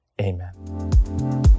amen